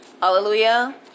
Hallelujah